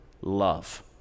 love